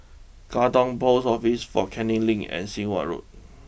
Katong post Office Fort Canning Link and Sit Wah Road